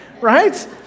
right